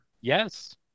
Yes